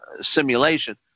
simulation